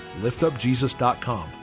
liftupjesus.com